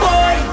Boy